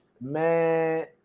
Man